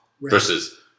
versus